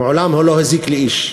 מעולם הוא לא הזיק לאיש.